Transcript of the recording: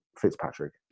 Fitzpatrick